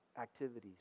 activities